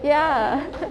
ya